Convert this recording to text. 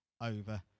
over